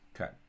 Okay